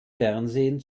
fernsehen